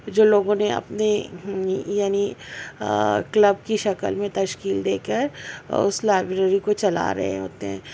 جو لوگوں نے اپنے یعنی کلب کی شکل میں تشکیل دے کر اس لائبریری کو چلا رہے ہوتے ہیں